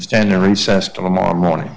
stand in recess tomorrow morning